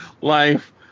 life